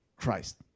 Christ